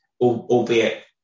Albeit